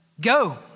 go